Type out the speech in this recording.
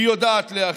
והיא יודעת להכיל.